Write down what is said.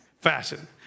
Fashion